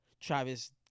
Travis